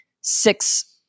six